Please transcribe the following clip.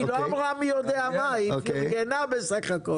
היא לא אמרה מי יודע מה, היא בסך הכול